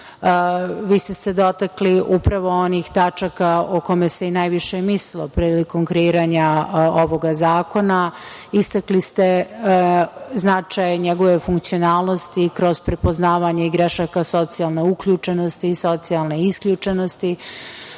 ste se dotakli upravo onih tačaka o kojima se najviše i mislilo prilikom kreiranja ovog zakona. Istakli ste značaj njegove funkcionalnosti kroz prepoznavanje grešaka socijalne uključenosti i socijalnosti isključenosti. Takođe,